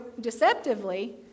deceptively